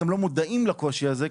הם גם לא מודעים לקושי הזה,